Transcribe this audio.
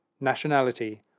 nationality